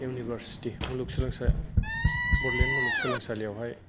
university मुलुगसोलोंसालि बड'लेण्ड मुलुगसोलोंसालिआवहाय